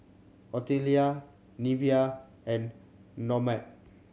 Ottilia Neveah and Normand